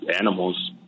animals